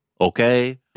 Okay